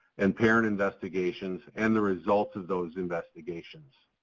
and parent investigations, and the results of those investigations.